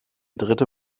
dritte